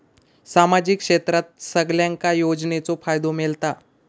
सामाजिक क्षेत्रात सगल्यांका योजनाचो फायदो मेलता?